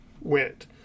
went